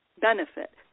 benefit